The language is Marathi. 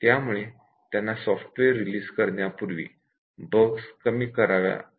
त्यामुळेच त्यांना सॉफ्टवेअर रिलीजपूर्वी बग्स कमी कराव्या लागतात